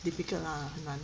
difficult lah 很难